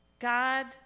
God